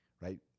right